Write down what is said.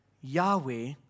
Yahweh